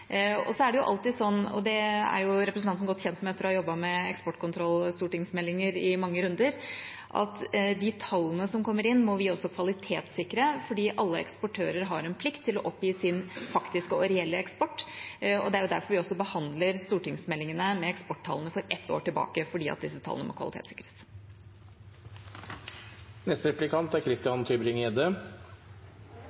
Så er det alltid sånn – og det er jo representanten godt kjent med etter å ha jobbet med eksportkontrollmeldinger i mange runder – at de tallene som kommer inn, må vi også kvalitetssikre, for alle eksportører har en plikt til å oppgi sin faktiske og reelle eksport. Det er derfor vi også behandler stortingsmeldingene med eksporttallene for ett år tilbake i tid, fordi disse tallene må kvalitetssikres. Forsvarsindustrien er